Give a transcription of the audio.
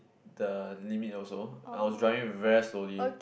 the limit also I was driving very slowly